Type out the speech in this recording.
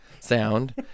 sound